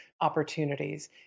opportunities